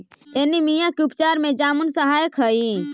anaemia के उपचार में जामुन सहायक हई